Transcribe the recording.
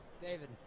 David